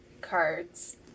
cards